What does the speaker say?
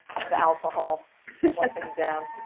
alcohol like and down